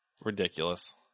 ridiculous